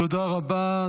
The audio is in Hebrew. תודה רבה.